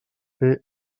fer